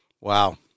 Wow